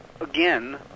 again